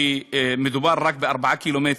ומדובר רק ב-4 קילומטר,